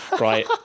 right